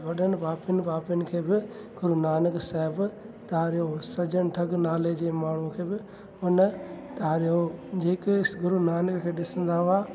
वॾनि पापियुनि पापियुनि खे बि गुरू नानक साहिबु तारियो हुओ सजन ठग नाले जे माण्हूअ खे बि हुन तारियो जेके हीस गुरू नानक खे ॾिसंदा हुआ